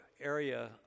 area